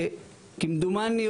כמדומני,